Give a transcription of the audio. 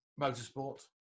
motorsport